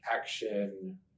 action